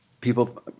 people